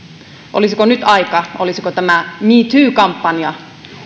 olisiko nyt aika olisiko tämä me too kampanja